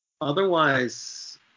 otherwise